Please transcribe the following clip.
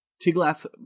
Tiglath